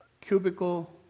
cubicle